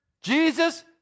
Jesus